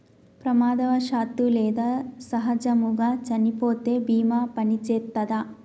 ప్రమాదవశాత్తు లేదా సహజముగా చనిపోతే బీమా పనిచేత్తదా?